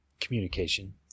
Communication